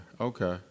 Okay